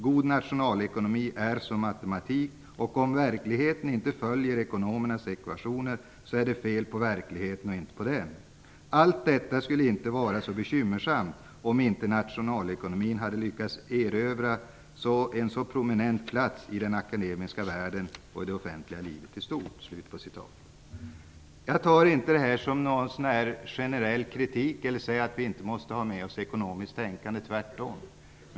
God nationalekonomi är som matematik, och om verkligheten inte följer ekonomernas ekvationer så är det fel på verkligheten och inte på dem. Allt detta skulle inte ha varit så bekymmersamt om inte nationalekonomin hade lyckats erövra en så prominent plats i den akademiska världen och i det offentliga livet i stort." Jag tar inte det här som generell kritik och säger inte att vi inte måste ha med ekonomiskt tänkande - tvärtom.